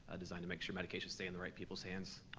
ah designed to make sure medications stay in the right people's hands.